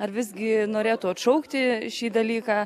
ar visgi norėtų atšaukti šį dalyką